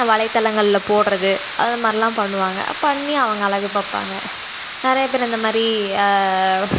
வலைத்தளங்களில் போடுறது அதை மாதிரிலாம் பண்ணுவாங்க பண்ணி அவங்க அழகு பார்ப்பாங்க நிறைய பேர் அந்தமாதிரி